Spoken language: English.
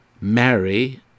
marry